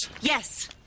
Yes